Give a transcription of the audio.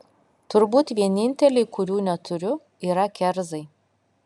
turbūt vieninteliai kurių neturiu yra kerzai